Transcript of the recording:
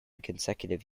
consecutive